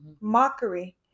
Mockery